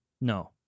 No